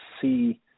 see